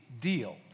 deal